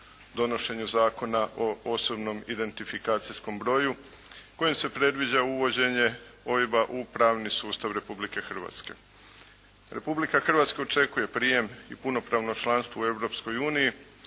donošenju Zakona o posebnom identifikacijskom broju kojim se predviđa uvođenje odredba u pravni sustav Republike Hrvatske. Republika Hrvatska očekuje prijem i punopravno članstvo u